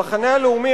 המחנה הלאומי,